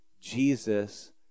jesus